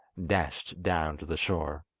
dashed down to the shore.